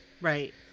right